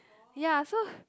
ya so